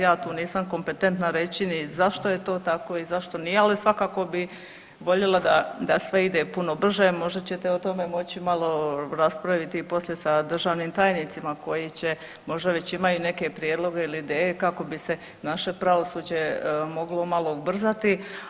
Ja tu nisam kompetentna reći ni zašto je to tako i zašto nije, ali svakako bi voljela da, da sve ide puno brže, možda ćete o tome moći malo raspraviti poslije sa državnim tajnicima koji će, možda već imaju neke prijedloge ili ideje kako bi se naše pravosuđe moglo malo ubrzati.